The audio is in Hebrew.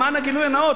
למען הגילוי הנאות,